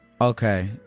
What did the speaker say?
Okay